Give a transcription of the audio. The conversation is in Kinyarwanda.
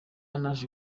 naje